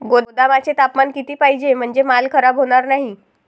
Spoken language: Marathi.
गोदामाचे तापमान किती पाहिजे? म्हणजे माल खराब होणार नाही?